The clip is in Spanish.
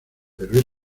pero